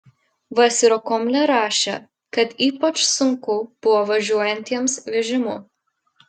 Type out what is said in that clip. v sirokomlė rašė kad ypač sunku buvo važiuojantiems vežimu